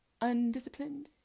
undisciplined